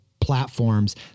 platforms